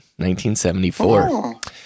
1974